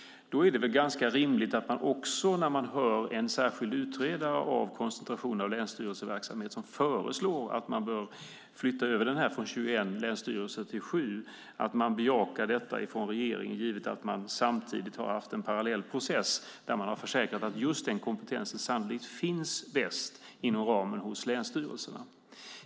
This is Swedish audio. När en särskild utredare av koncentrationen av länsstyrelseverksamheten föreslår att man flyttar överförmyndarverksamheten från 21 länsstyrelser till 7 är det ganska rimligt att regeringen bejakar detta, givet att det samtidigt funnits en parallell process som försäkrat att just den kompetensen sannolikt bäst finns inom ramen för länsstyrelserna.